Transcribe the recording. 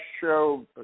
show